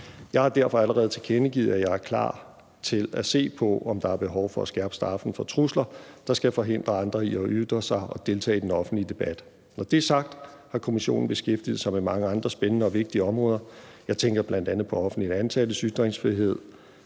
Jeg har derfor allerede tilkendegivet, at jeg er klar til at se på, om der er behov for at skærpe straffen for trusler, der skal forhindre andre i at ytre sig og deltage i den offentlige debat. Når det er sagt, har kommissionen beskæftiget sig med mange andre spændende og vigtige områder. Jeg tænker bl.a. på offentligt ansattes ytringsfrihed